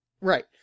Right